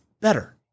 better